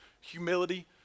Humility